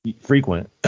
frequent